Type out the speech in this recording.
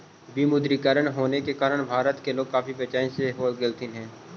विमुद्रीकरण होने के कारण भारत के लोग काफी बेचेन हो गेलथिन हल